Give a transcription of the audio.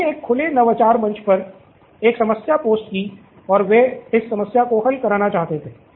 उन्होंने एक खुले नवाचार मंच पर एक समस्या पोस्ट की और वे इस समस्या को हल करना चाहते थे